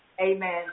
amen